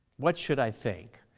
what should i think?